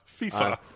Fifa